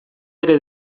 ere